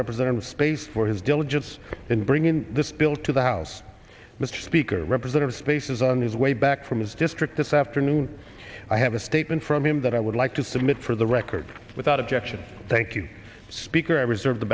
representing the space for his diligence in bringing this bill to the house mr speaker representative spaces on his way back from his district this afternoon i have a statement from him that i would like to submit for the record without objection thank you speaker i reserve the